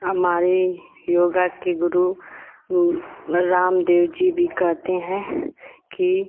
हमारी योग के गुरु रामदेव जी भी कहते हैं कि